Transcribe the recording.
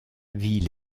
ville